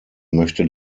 möchte